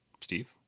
steve